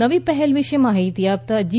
નવી પહેલ વિષે માહિતી આપતા જી